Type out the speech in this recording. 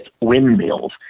windmills